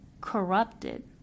corrupted